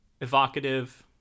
evocative